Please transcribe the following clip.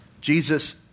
Jesus